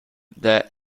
that